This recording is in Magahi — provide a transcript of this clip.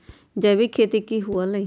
जैविक खेती की हुआ लाई?